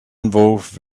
involved